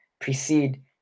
precede